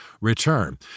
return